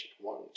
One